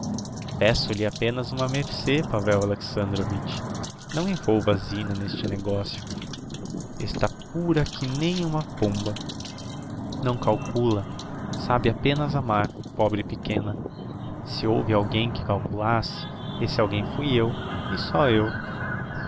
franqueza peço-lhe apenas uma mercê pavel alexandrovitch não involva a zina n'este negocio está pura que nem uma pomba não calcula sabe apenas amar pobre pequena se houve alguem que calculasse esse alguem fui eu e só eu